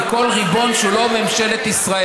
גורם זר זה כל ריבון שהוא לא ממשלת ישראל.